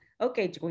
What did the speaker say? Okay